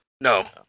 No